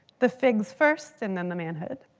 the figs first and then the manhood.